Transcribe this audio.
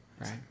Right